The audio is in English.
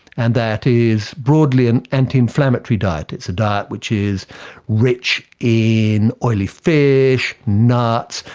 and that is broadly an anti-inflammatory diet. it's a diet which is rich in oily fish, nuts,